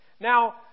Now